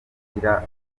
agira